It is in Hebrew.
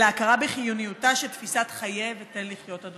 אלא הכרה בחיוניותה של תפיסת 'חיה ותן לחיות'".